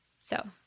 So-